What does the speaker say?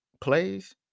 plays